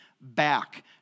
back